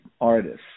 artists